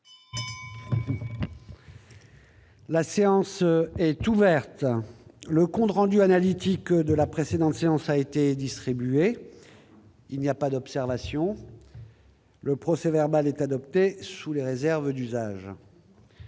La séance est ouverte.. Le compte rendu analytique de la précédente séance a été distribué. Il n'y a pas d'observation ?... Le procès-verbal est adopté sous les réserves d'usage.